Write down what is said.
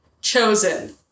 chosen